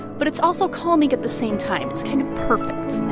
but it's also calming at the same time. it's kind of perfect